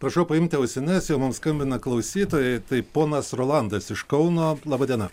prašau paimti ausines jau mum skambina klausytojai tai ponas rolandas iš kauno laba diena